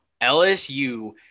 LSU